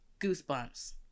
goosebumps